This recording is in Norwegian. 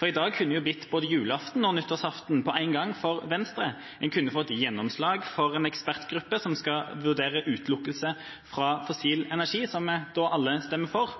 for i dag kunne det jo blitt både julaften og nyttårsaften på en gang for Venstre. En kunne fått gjennomslag for en ekspertgruppe som skal vurdere utelukkelse fra fossil energi, som alle stemmer for.